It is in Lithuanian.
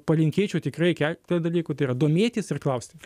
palinkėčiau tikrai keletą dalykų tai yra domėtis ir klausti